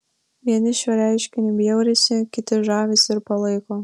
vieni šiuo reiškiniu bjaurisi kiti žavisi ir palaiko